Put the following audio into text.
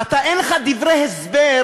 ואתה, אין לך דברי הסבר,